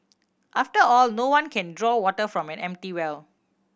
after all no one can draw water from an empty well